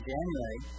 January